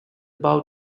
bow